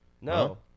No